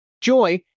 joy